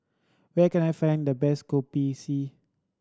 where can I find the best Kopi C